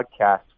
podcast